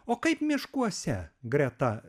o kaip miškuose greta